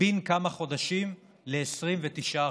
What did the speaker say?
בן כמה חודשים ל-29%,